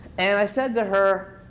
and i said to her,